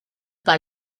pas